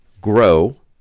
grow